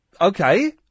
Okay